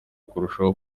kurushaho